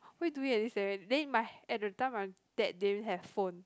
why do it at this seven then might at the time right they didn't have phone